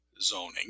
zoning